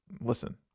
listen